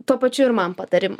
tuo pačiu ir man patarimų